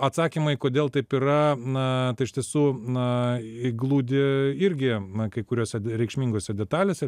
atsakymai kodėl taip yra na tai iš tiesų na glūdi irgi na kai kuriose nereikšmingose detalėse